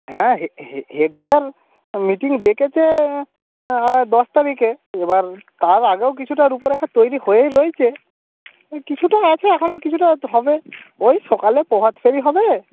হ্যাঁ head sir meeting ডেকেছে হয় দশ তারিখে এবার তার আগেও কিছুটা রূপরেখা তৈরি হয়েই রয়েছে এই কিছুটা আছে এখনও কিছুটা হবে ওই সকালে প্রভাতফেরি হবে